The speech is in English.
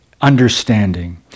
understanding